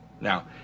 now